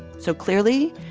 so clearly,